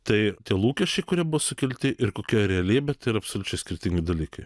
tai tie lūkesčiai kurie buvo sukelti ir kokia realybė tai yra absoliučiai skirtingi dalykai